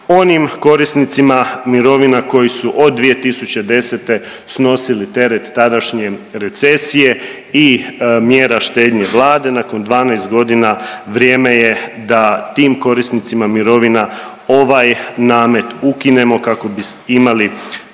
onim korisnicima mirovina koji su od 2010. snosili teret tadašnje recesije i mjera štednje Vlade. Nakon 12 godina vrijeme je da tim korisnicima mirovina ovaj namet ukinemo kako bi imali